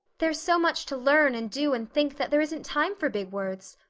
there's so much to learn and do and think that there isn't time for big words.